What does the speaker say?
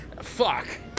fuck